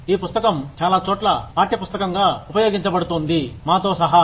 ఒక పుస్తకం చాలాచోట్ల పాఠ్యపుస్తకంగా ఉపయోగించబడుతోంది మాతో సహా